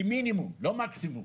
כמינימום, לא מקסימום.